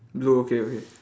blue okay okay